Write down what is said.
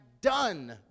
done